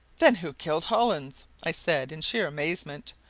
then who killed hollins? i said in sheer amazement.